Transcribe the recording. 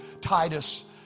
Titus